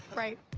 right.